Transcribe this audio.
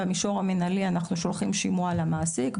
במישור המנהלי אנחנו שולחים שימוע למעסיק.